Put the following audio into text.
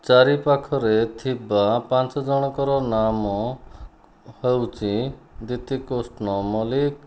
ଚାରିପାଖରେ ଥିବା ପାଞ୍ଚଜଣଙ୍କର ନାମ ହେଉଛି ଦିତିକୃଷ୍ଣ ମଲ୍ଲିକ